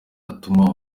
atuma